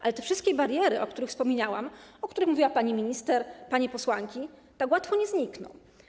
Ale te wszystkie bariery, o których wspomniałam, o których mówiła pani minister, panie posłanki, tak łatwo nie znikną.